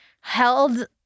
held